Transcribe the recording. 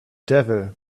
devil